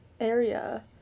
area